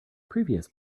previous